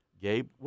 Gabe